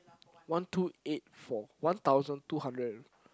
one two eight four one thousand two hundred and